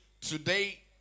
today